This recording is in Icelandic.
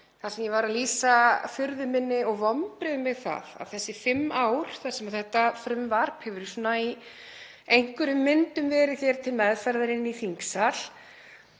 þar sem ég var að lýsa furðu minni og vonbrigðum með það að þau fimm ár sem þetta frumvarp hefur í einhverjum myndum verið hér til meðferðar inni í þingsal